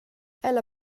ella